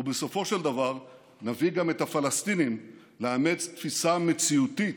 ובסופו של דבר נביא גם את הפלסטינים לאמץ תפיסה מציאותית